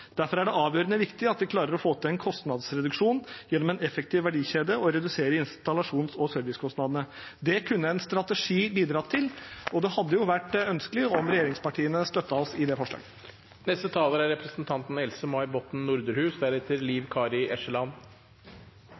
Derfor er det avgjørende viktig at vi klarer å få til en kostnadsreduksjon gjennom en effektiv verdikjede og redusere installasjons- og servicekostnadene. Det kunne en strategi bidratt til, og det hadde vært ønskelig om regjeringspartiene støttet oss i det forslaget.